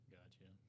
Gotcha